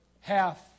half